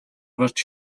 гарч